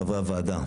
חברי הוועדה,